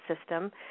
system